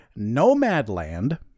*Nomadland*